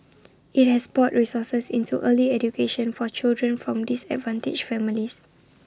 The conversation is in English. IT has poured resources into early education for children from disadvantaged families